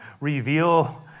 reveal